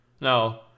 No